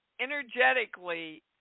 energetically